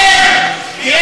ירד בסקרים, רבותי?